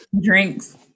drinks